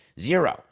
zero